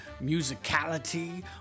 musicality